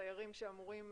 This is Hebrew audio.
סיירים שאמורים